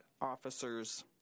officers